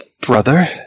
brother